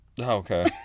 okay